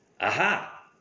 Aha